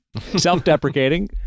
self-deprecating